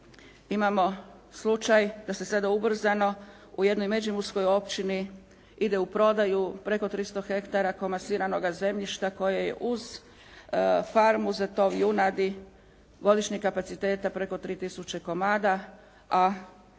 imamo slučaj da se sada ubrzano u jednoj međimurskoj općini ide u prodaju preko 300 hektara komasiranoga zemljišta koje je uz farmu za tov junadi godišnje kapaciteta preko 3 tisuće komada a